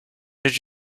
did